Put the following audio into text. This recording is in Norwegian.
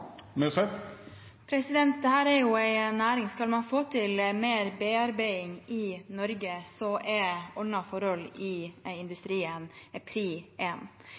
Skal man få til mer bearbeiding i Norge, er ordnede forhold i industrien prioritet nummer én. Dette er også en